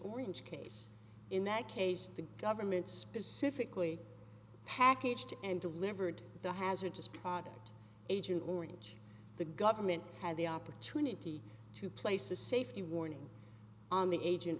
orange case in that case the government specifically packaged and delivered the hazardous product agent orange the government had the opportunity to place a safety warning on the agent